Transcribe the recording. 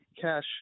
cash